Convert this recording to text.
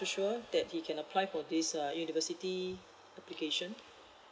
too sure that he can apply for this uh university application